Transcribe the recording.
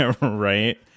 Right